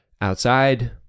outside